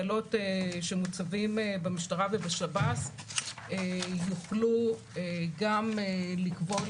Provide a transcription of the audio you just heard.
וחיילות שמוצבים בשב"ס ובמשטרה, יוכלו גם לקבול